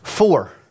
Four